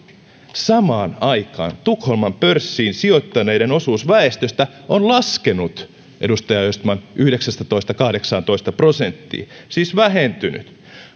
samaan aikaan tukholman pörssiin sijoittaneiden osuus väestöstä on laskenut edustaja östman yhdeksästätoista kahdeksaantoista prosenttiin siis vähentynyt